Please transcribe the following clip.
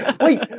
Wait